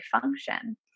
function